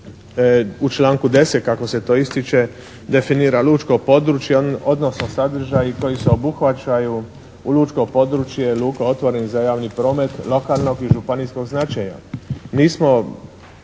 u članku 10. kako se to ističe definira lučko područje, odnosno sadržaji koji se obuhvaćaju u lučko područje luka otvorenih za javni promet lokalnog i županijskog značaja. Nismo